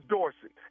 Dorsey